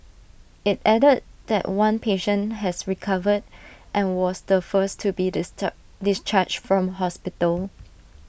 IT added that one patient has recovered and was the first to be disturb discharged from hospital